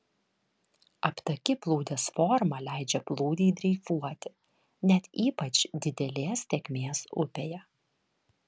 aptaki plūdės forma leidžia plūdei dreifuoti net ypač didelės tėkmės upėje